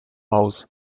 house